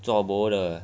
做 bo